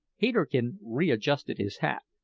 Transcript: peterkin readjusted his hat,